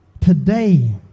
today